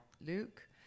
Luke